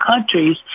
countries